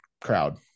crowd